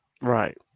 Right